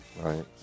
right